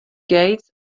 gates